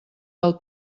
del